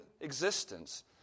existence